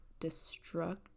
destruct